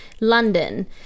London